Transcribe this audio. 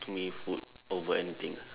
to me food over anything